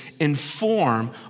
inform